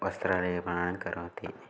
वस्त्रलेपान् करोति